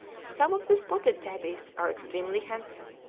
some of the spotted tabbies are extremely handsome,